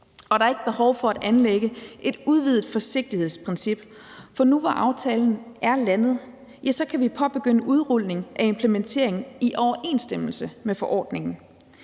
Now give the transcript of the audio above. og der er ikke behov for at anlægge et udvidet forsigtighedsprincip. For nu, hvor aftalen er landet, kan vi påbegynde udrulning af implementeringen i overensstemmelse med forordningen.